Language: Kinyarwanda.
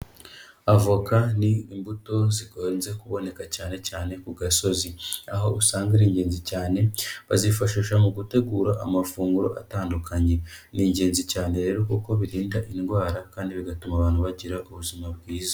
Avoka ni imbuto zikunze kuboneka cyane cyane ku gasozi, aho usanga ari ingenzi cyane, bazifashisha mu gutegura amafunguro atandukanye. Ni ingenzi cyane rero kuko birinda indwara kandi bigatuma abantu bagira ubuzima bwiza.